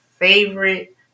Favorite